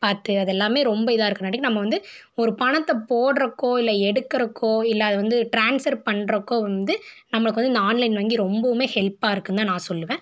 பார்த்து அது எல்லாமே ரொம்ப இதாக இருக்கிறன்னாட்டிக்கி நம்ம வந்து ஒரு பணத்தை போடுறக்கோ இல்லை எடுக்கிறக்கோ இல்லை அதை வந்து டிரான்ஸ்பர் பண்ணுறக்கோ வந்து நம்மளுக்கு வந்து இந்த ஆன்லைன் வங்கி ரொம்பவுமே ஹெல்ப்பாக இருக்குன் தான் நான் சொல்லுவேன்